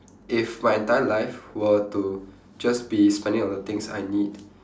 if my entire life were to just be spending on the things I need